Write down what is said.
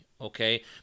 Okay